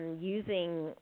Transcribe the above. using